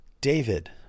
David